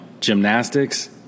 gymnastics